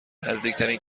نزدیکترین